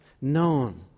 known